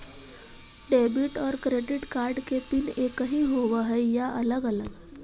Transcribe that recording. Debit और credit card के PIN एकही होव हइ या अलग अलग?